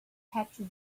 patches